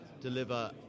deliver